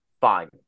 Fine